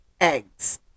eggs